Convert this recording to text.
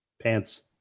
Pants